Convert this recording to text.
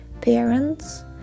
parents